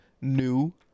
new